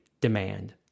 demand